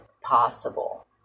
possible